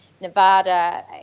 Nevada